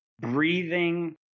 breathing